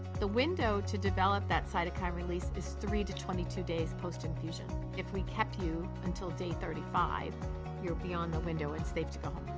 the window to develop that cytokine release is three to twenty two days post infusion. if we kept you until day thirty five you're beyond the window and it's safe to go